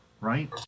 right